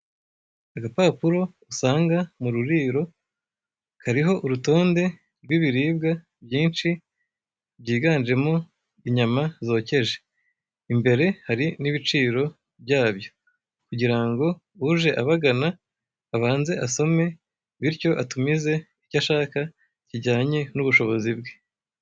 Urupapuro usanga mu ruriro hariho urutonde rw'ibiribwa byinshi byiganjemo inyama zokeje. Imbere hari n'ibiciro byabyo kugira ngo uje abagana abanze asome bityo atumize icyo ashaka kijyanye n'ubushobozi bwe.